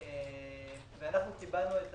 אנחנו קיבלנו את